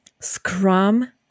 Scrum